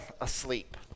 asleep